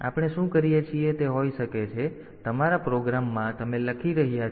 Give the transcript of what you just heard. તેથી આપણે શું કરીએ છીએ તે હોઈ શકે છે જેથી તમારા પ્રોગ્રામમાં તમે લખી રહ્યા છો